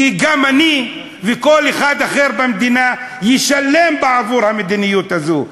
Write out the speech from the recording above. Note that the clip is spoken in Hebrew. כי גם אני וגם כל אחד אחר במדינה ישלם בעבור המדיניות הזאת.